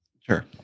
sure